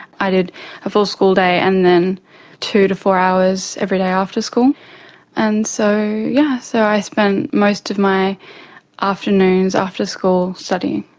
i did a full school day and then two to four hours every day after school and so yes, so i spent most of my afternoons after school studying.